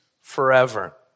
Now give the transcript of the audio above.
forever